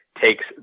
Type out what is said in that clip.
takes